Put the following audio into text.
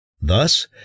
Thus